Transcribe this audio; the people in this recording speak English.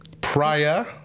Priya